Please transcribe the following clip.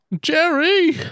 Jerry